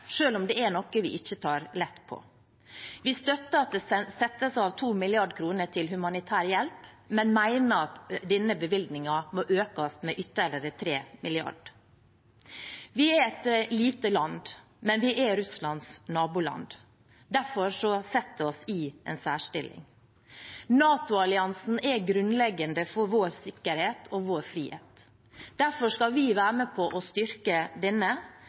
om det er noe vi ikke tar lett på. Vi støtter at det settes av 2 mrd. kr til humanitær hjelp, men mener at denne bevilgningen må økes med ytterligere 3 mrd. kr. Vi er et lite land, men vi er Russlands naboland. Derfor setter det oss i en særstilling. NATO-alliansen er grunnleggende for vår sikkerhet og vår frihet. Derfor skal vi være med på å styrke denne